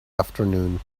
afternoon